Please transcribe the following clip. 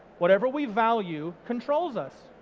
whatever we value controls us.